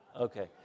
Okay